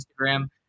Instagram